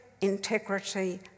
integrity